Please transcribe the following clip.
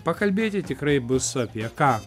pakalbėti tikrai bus apie ką